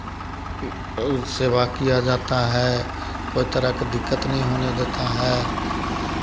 और सेवा किया जाता है कोई तरह के दिक्कत नहीं होने देता है